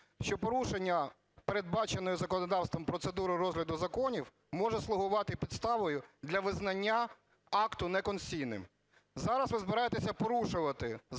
Дякую.